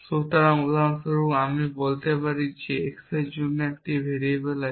সুতরাং উদাহরণস্বরূপ আমি বলতে পারি x এর জন্য একটি ভেরিয়েবল আছে